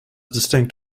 distinct